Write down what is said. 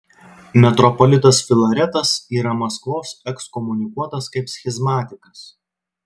metropolitas filaretas yra maskvos ekskomunikuotas kaip schizmatikas